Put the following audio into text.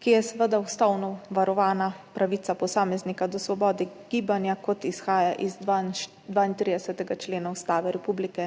ki je seveda ustavno varovana pravica posameznika do svobode gibanja, kot izhaja iz 32. člena Ustave Republike